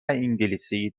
انگلیسی